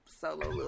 solo